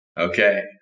okay